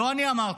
לא אני אמרתי.